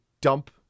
dump